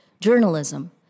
journalism